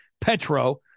petro